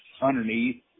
underneath